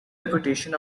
reputation